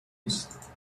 است